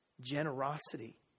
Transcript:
generosity